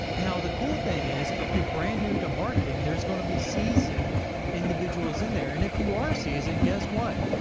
now the cool thing is if you're brand new to marketing, there's going to be seasoned individuals in there. and if you are seasoned, guess what?